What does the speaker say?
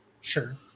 sure